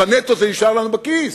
נטו, בנטו זה נשאר לנו בכיס.